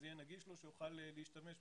שיהיה נגיש לו והוא יוכל להשתמש בהם.